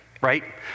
right